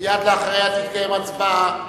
מייד אחריו תתקיים הצבעה.